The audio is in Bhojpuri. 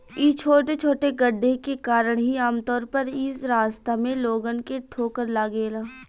इ छोटे छोटे गड्ढे के कारण ही आमतौर पर इ रास्ता में लोगन के ठोकर लागेला